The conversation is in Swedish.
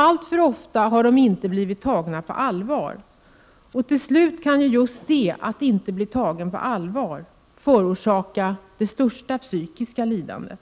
Alltför ofta har de inte blivit tagna på allvar, och till slut har just det-att inte bli tagen på allvar — förorsakat det största psykiska lidandet.